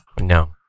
no